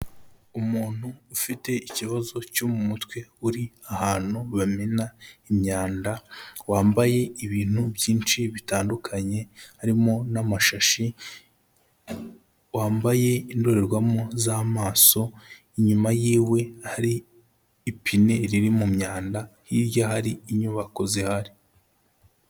Umuntu ufite ikibazo cyo mu mutwe, uri ahantu bamena imyanda, wambaye ibintu byinshi bitandukanye, harimo n'amashashi, wambaye indorerwamo z'amaso, inyuma yiwe hari ipine riri mu myanda, hirya hari inyubako zihari.